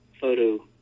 photo